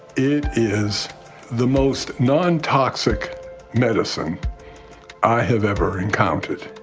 it is the most non-toxic medicine i have ever encountered.